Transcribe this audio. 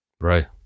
Right